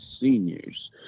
seniors